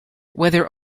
whether